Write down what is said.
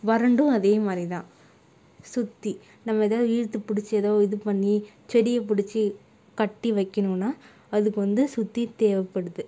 வரண்டும் அதே மாதிரிதான் சுத்தி நம்ம ஏதாவது இழுத்து பிடிச்சி ஏதோ இது பண்ணி செடியை பிடிச்சி கட்டி வைக்கணுனால் அதுக்கு வந்து சுத்தி தேவைப்படுது